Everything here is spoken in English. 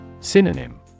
Synonym